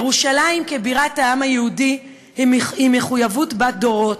ירושלם כבירת העם היהודי היא מחויבות בת דורות.